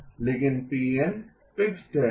लेकिन Pn fixed है